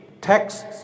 Texts